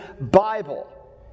Bible